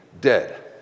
dead